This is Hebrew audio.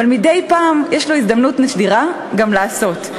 אבל מדי פעם יש לו הזדמנות נדירה גם לעשות.